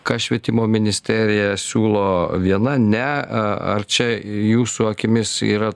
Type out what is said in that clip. ką švietimo ministerija siūlo viena ne a ar čia jūsų akimis yra